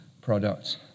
products